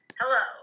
hello